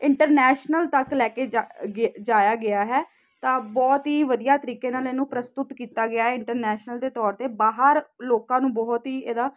international ਤੱਕ ਲੈ ਕੇ ਜਾ ਗੇ ਜਾਇਆ ਗਿਆ ਹੈ ਤਾਂ ਬਹੁਤ ਹੀ ਵਧੀਆ ਤਰੀਕੇ ਨਾਲ ਇਹਨੂੰ ਪ੍ਰਸਤੁਤ ਕੀਤਾ ਗਿਆ ਇੰਟਰਨੈਸ਼ਨਲ ਦੇ ਤੌਰ 'ਤੇ ਬਾਹਰ ਲੋਕਾਂ ਨੂੰ ਬਹੁਤ ਹੀ ਇਹਦਾ